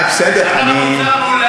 אנחנו הצלחנו,